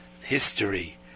history